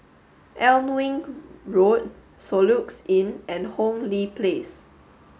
Alnwick Road Soluxe Inn and Hong Lee Place